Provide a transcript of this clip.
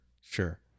sure